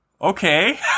okay